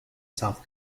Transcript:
south